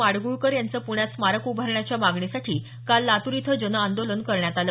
माडगूळकर यांचं पृण्यात स्मारक उभारण्याच्या मागणीसाठी काल लातूर इथं जनआंदोलन करण्यात आलं